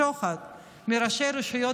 היו פה הצעות קונקרטיות לשוחד מראשי רשויות